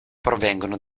provengono